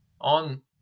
on